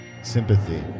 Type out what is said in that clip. Sympathy